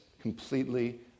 completely